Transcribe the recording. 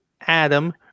Adam